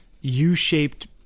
U-shaped